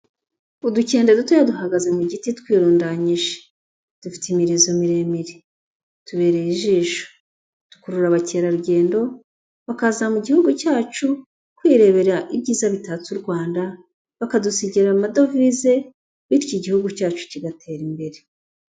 Udukende duto duhagaze mu giti twirundanyije, dufite imirizo miremire, tubereye ijisho, dukurura abakerarugendo bakaza mu gihugu cyacu kwirebera ibyiza bitatse u Rwanda bakadusigira amadovize, bityo igihugu cyacu kigatera imbere.